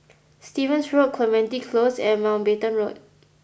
Stevens Road Clementi Close and Mountbatten Road